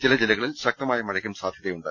ചില ജില്ലകളിൽ ശക്തമായ മഴയ്ക്കും സാധ്യതയുണ്ട്